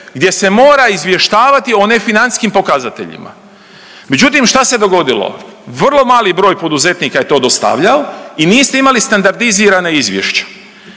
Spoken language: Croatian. gdje se mora izvještavati o nefinancijskim pokazateljima. Međutim, šta se dogodilo? Vrlo mali broj poduzetnika je to dostavljao i niste imali standardizirane izvješća.